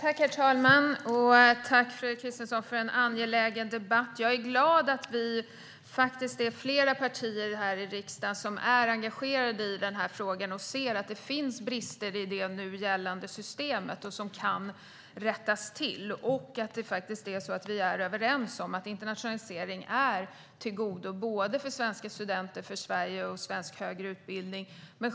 Herr talman! Tack, Fredrik Christensson, för en angelägen debatt! Jag är glad över att det är flera partier här i riksdagen som är engagerade i den här frågan och som ser att det finns brister i det nu gällande systemet som kan rättas till. Vi är överens om att internationalisering är av godo för svenska studenter, för Sverige och för svensk högre utbildning.